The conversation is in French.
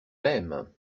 même